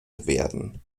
werden